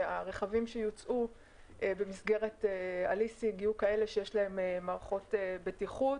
שהרכבים שיוצעו במסגרת הליסינג יהיו כאלה שיש להם מערכות בטיחות,